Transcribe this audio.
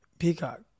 Peacock